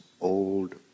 old